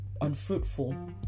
unfruitful